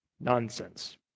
Nonsense